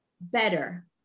better